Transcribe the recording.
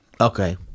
Okay